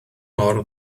mor